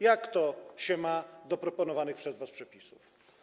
Jak to się ma do proponowanych przez was przepisów?